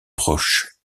proche